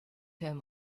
him